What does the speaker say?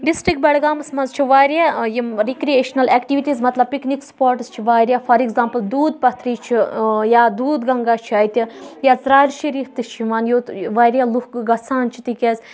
district بَڈگامَس منٛز چھِ واریاہ یِم رِکریشنَل اؠکٹِوِٹیٖز مَطلب پِکنِک سپاٹٕس چھِ واریاہ فار اؠکزامپٕل دوٗد پَتھری چھُ یا دوٗد گَنٛگا چھُ اَتہِ یا ژرارِ شَریٖف تہِ چھ یِوان یۆت واریاہ لُکھ گژھان چھِ تِکیازِ